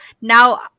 now